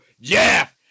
Jeff